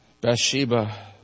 Bathsheba